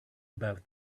about